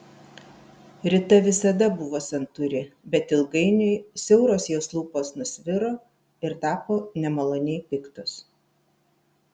rita visada buvo santūri bet ilgainiui siauros jos lūpos nusviro ir tapo nemaloniai piktos